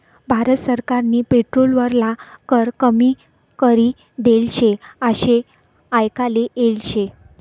भारत सरकारनी पेट्रोल वरला कर कमी करी देल शे आशे आयकाले येल शे